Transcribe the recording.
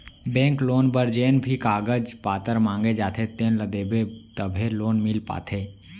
bank loan बर जेन भी कागज पातर मांगे जाथे तेन ल देबे तभे लोन मिल पाथे